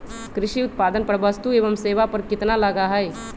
कृषि उत्पादन पर वस्तु एवं सेवा कर कितना लगा हई?